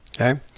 okay